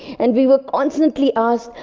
and we were constantly asked,